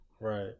Right